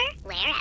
wherever